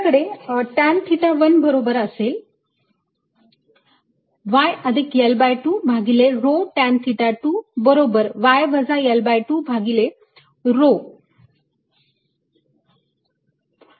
आपल्याकडे tan theta 1 बरोबर y अधिक L2 भागीले rho टॅंन थिटा 2 बरोबर y वजा L2 भागीले rho आहे